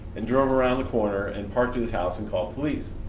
and drove around the corner, and parked at his house and called police.